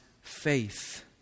faith